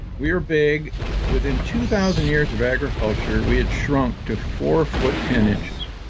we were big within two thousand years of agriculture, we had shrunk to four foot ten inches.